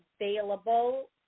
available